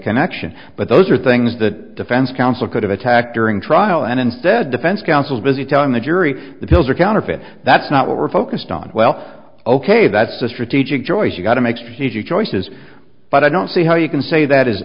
connection but those are things the defense counsel could have attacked during trial and instead defense counsel busy telling the jury the bills are counterfeit that's not what we're focused on well ok that's a strategic choice you've got to make strategic choices but i don't see how you can say that is